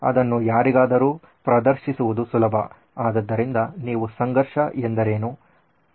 ಅದನ್ನು ಯಾರಿಗಾದರೂ ಪ್ರದರ್ಶಿಸುವುದು ಸುಲಭ ಆದ್ದರಿಂದ ನೀವು ಸಂಘರ್ಷ ಎಂದರೇನು